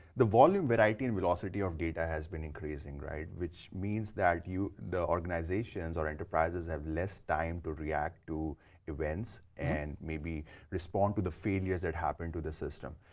the volume variety and velocity of data has been increasing, right? which means that the organizations or enterprises have less time to react to events and maybe respond to the failures that happened to the system.